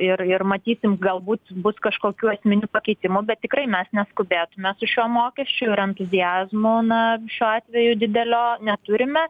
ir ir matysim galbūt bus kažkokių esminių pakeitimų bet tikrai mes neskubėtume su šiuo mokesčiu ir entuziazmo na šiuo atveju didelio neturime